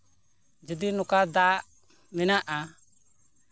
ᱡᱩᱫᱤ ᱱᱚᱝᱠᱟ ᱫᱟᱜ ᱢᱮᱱᱟᱜᱼᱟ